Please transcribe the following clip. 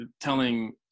telling